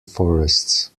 forests